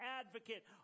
advocate